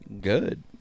Good